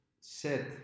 set